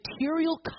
material